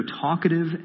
talkative